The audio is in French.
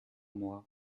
mois